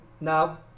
Now